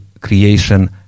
creation